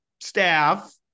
staff